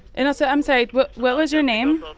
and also i'm sorry what what was your name?